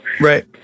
Right